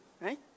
Right